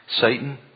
Satan